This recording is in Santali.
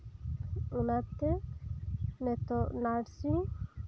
ᱚᱱᱟᱛᱮ ᱱᱤᱛᱳᱜ ᱱᱟᱨᱥᱤᱝ